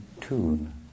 tune